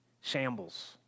shambles